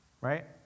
right